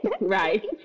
Right